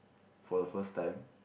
for the first time